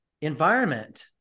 environment